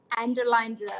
underlined